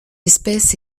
espèce